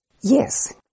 Yes